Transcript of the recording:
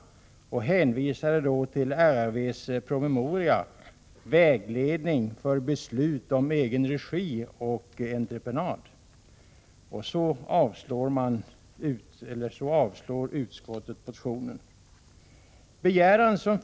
Då hänvisade utskottet till RRV:s promemoria Vägledning för beslut om egen regi och entreprenad. Med det avstyrker utskottet motionen.